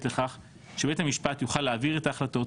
לכך שבית המשפט יוכל להעביר את ההחלטות